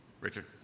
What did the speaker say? Richard